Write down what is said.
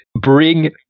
bring